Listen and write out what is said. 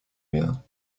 mehr